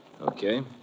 Okay